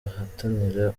ahatanira